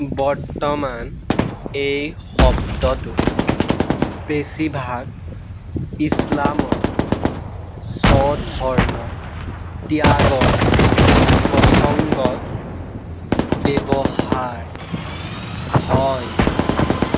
বৰ্তমান এই শব্দটো বেছিভাগ ইছলামত স্বধৰ্ম ত্যাগৰ প্ৰসঙ্গত ব্যৱহাৰ হয়